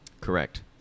correct